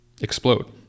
explode